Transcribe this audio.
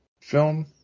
film